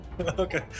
okay